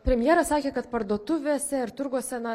premjeras sakė kad parduotuvėse ir turguose na